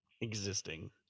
existing